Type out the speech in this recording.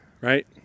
Right